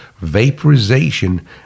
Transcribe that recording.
Vaporization